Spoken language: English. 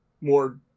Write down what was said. more